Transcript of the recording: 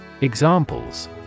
Examples